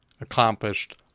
accomplished